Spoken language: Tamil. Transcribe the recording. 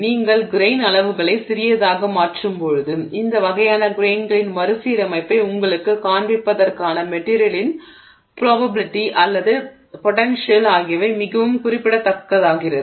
நீங்கள் கிரெய்ன் அளவுகளை சிறியதாக மாற்றும்போது இந்த வகையான கிரெய்ன்களின் மறுசீரமைப்பை உங்களுக்கு காண்பிப்பதற்கான மெட்டிரியலின் புராபபிலிடி அல்லது பொடன்ஷியல் ஆகியவை மிகவும் குறிப்பிடத்தக்கதாகிறது